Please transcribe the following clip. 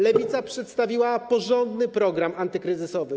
Lewica przedstawiła porządny program antykryzysowy.